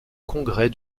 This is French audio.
congrès